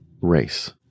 race